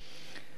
האחד